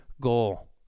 goal